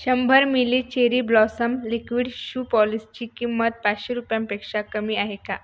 शंभर मिली Cherry Blossom liquid shoe पॉलिशची किंमत पाचशे रुपयांपेक्षा कमी आहे का